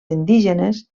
indígenes